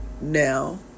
now